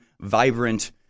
vibrant